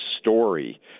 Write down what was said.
story